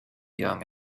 young